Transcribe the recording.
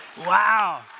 Wow